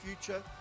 future